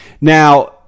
Now